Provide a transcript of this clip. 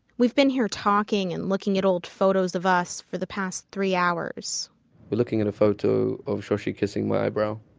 we've been here talking and looking at old photos of us for the past three hours you're looking at a photo of shoshi kissing my eyebrow.